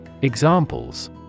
examples